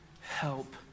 help